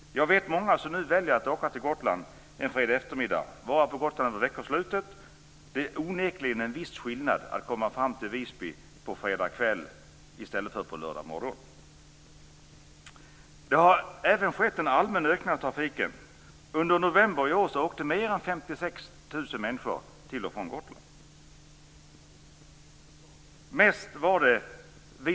Jag vet många som nu väljer att åka till Gotland på en fredagseftermiddag och vara på Gotland över veckoslutet. Det är onekligen en viss skillnad att komma fram till Visby på fredag kväll i stället för på lördag morgon. Det har även skett en allmän ökning av trafiken. Under november i år åkte mer än 56 000 människor till och från Gotland.